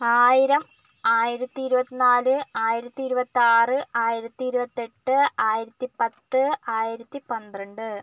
ആയിരം ആയിരത്തി ഇരുപത്തി നാല് ആയിരത്തി ഇരുപത്താറ് ആയിരത്തി ഇരുപത്തെട്ട് ആയിരത്തി പത്ത് ആയിരത്തി പന്ത്രണ്ട്